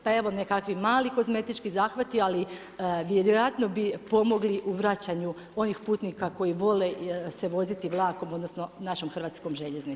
Pa evo nekakvi mali kozmetički zahvati, ali vjerojatno bi pomogli u vračanju onih putnika koji vole se voziti vlakom, odnosno našom hrvatskom željeznicom.